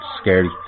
scary